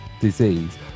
disease